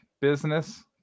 business